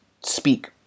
speak